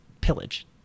pillage